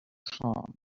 calmed